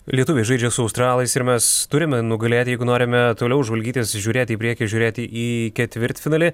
lietuviai žaidžia su australais ir mes turime nugalėti jeigu norime toliau žvalgytis žiūrėti į priekį žiūrėti į ketvirtfinalį